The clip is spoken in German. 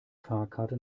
fahrkarte